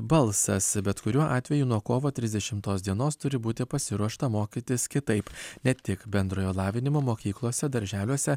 balsas bet kuriuo atveju nuo kovo trisdešimtos dienos turi būti pasiruošta mokytis kitaip ne tik bendrojo lavinimo mokyklose darželiuose